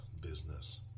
business